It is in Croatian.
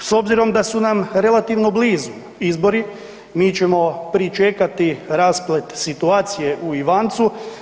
S obzirom da su nam relativno blizu izbori mi ćemo pričekati rasplet situacije u Ivancu.